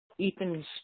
Ethan's